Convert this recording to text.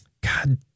God